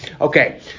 Okay